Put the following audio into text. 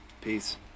Peace